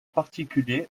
particulier